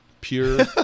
pure